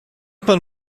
pan